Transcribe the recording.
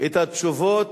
את התשובות.